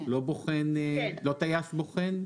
לא טייס בוחן?